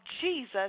Jesus